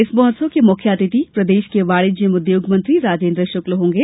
इस महोत्सव के मुख्य अतिथि प्रदेश के वाणिज्य एवं उद्योग मंत्री राजेन्द्र शुक्ल होंगे